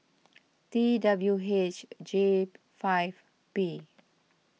T W H J five P